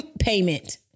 payment